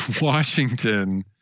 Washington